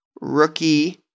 rookie